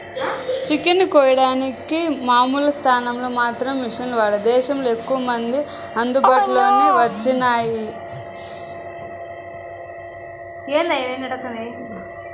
chicken ని కోయడానికి మామూలు స్థాయిలో మాత్రమే మిషన్లు మన దేశంలో ఎక్కువమందికి అందుబాటులోకి వచ్చినియ్యి